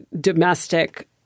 domestic